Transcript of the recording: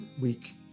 week